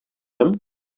them